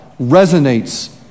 resonates